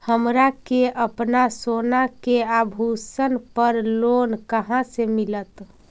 हमरा के अपना सोना के आभूषण पर लोन कहाँ से मिलत?